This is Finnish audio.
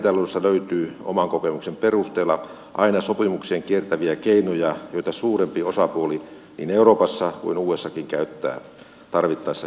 reaalitaloudesta löytyy oman kokemuksen perusteella aina sopimuksen kiertäviä keinoja joita suurempi osapuoli niin euroopassa kuin usassakin käyttää tarvittaessa hyväkseen